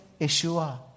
Yeshua